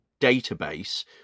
database